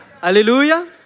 Hallelujah